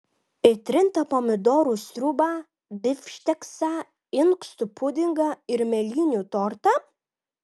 į trintą pomidorų sriubą bifšteksą inkstų pudingą ir mėlynių tortą